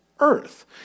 earth